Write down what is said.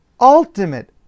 ultimate